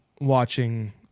watching